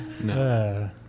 no